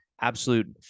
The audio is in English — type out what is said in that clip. Absolute